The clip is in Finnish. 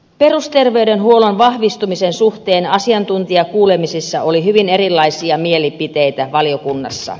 perusterveydenhuollon vahvistumisen suhteen asiantuntijakuulemisissa oli hyvin erilaisia mielipiteitä valiokunnassa